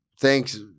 thanks